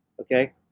okay